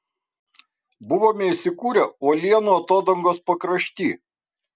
buvome įsikūrę uolienų atodangos pakrašty